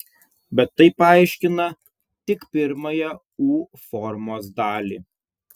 bet tai paaiškina tik pirmąją u formos dalį